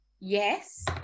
yes